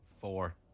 four